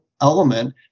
element